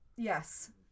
Yes